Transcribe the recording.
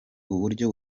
uburyo